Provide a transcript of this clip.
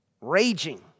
raging